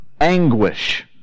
Anguish